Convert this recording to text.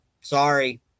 sorry